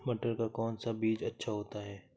मटर का कौन सा बीज अच्छा होता हैं?